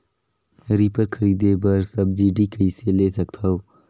Reaper खरीदे बर subsidy कइसे ले सकथव?